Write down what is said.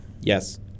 Yes